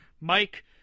Mike